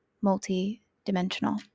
multi-dimensional